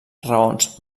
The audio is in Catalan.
raons